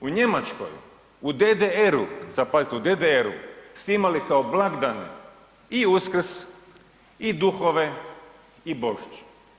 U Njemačkoj, u DDR-u, sad pazite, u DDR-u su imali kao blagdan i Uskrs i Duhove i Božić.